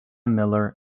miller